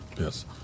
Yes